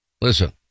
Listen